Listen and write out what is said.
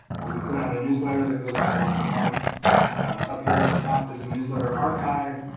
and we put out a newsletter that goes out once a month up here at the top as a newsletter archive.